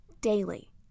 daily